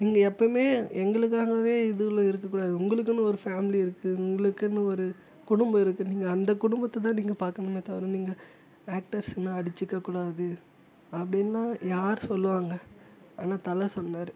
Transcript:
நீங்கள் எப்பையுமே எங்களுக்காகவே இது உள்ள இருக்க கூடாது உங்களுக்குன்னு ஒரு ஃபேமிலி இருக்கு உங்களுக்குன்னு ஒரு குடும்பம் இருக்கு நீங்கள் அந்த குடும்பத்தை தான் நீங்கள் பார்க்கணுமே தவிர நீங்கள் ஆக்ட்டர்ஸ்ன்னா அடிச்சிக்கக்கூடாது அப்படினுலாம் யார் சொல்லுவாங்க ஆனால் தலை சொன்னார்